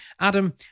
Adam